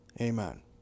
Amen